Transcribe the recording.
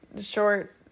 short